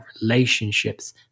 relationships